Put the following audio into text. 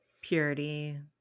Purity